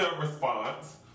response